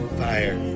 fire